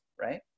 right